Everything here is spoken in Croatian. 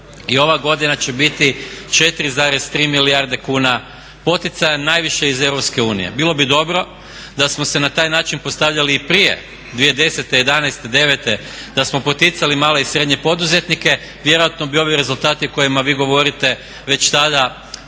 i ova godina će biti 4,3 milijarde kuna poticaja najviše iz Europske unije. Bilo bi dobro da smo se na taj način postavljali i prije 2010., '11., '09. da smo poticali male i srednje poduzetnike vjerojatno bi ovi rezultati o kojima vi govorite već tada